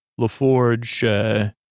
LaForge